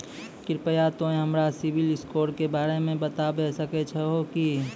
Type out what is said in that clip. कृपया तोंय हमरा सिविल स्कोरो के बारे मे बताबै सकै छहो कि?